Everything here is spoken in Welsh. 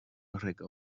rhugl